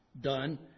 done